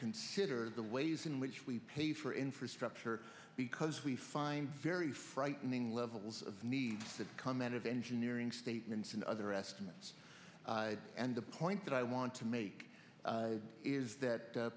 consider the ways in which we pay for infrastructure because we find very frightening levels of need that come out of engineering statements and other estimates and the point that i want to make is that